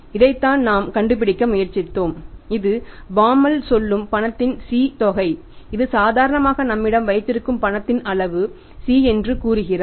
இதைத்தான் நாம் கண்டுபிடிக்க முயற்சித்தோம் இது பாமால் சொல்லும் பணத்தின் C தொகை இது சாதாரணமாக நம்மிடம் வைத்திருக்கும் பணத்தின் அளவு C என்று கூறுகிறார்